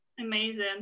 Amazing